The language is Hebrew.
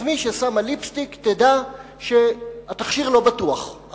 אז מי ששמה ליפסטיק תדע שהתכשיר לא בטוח,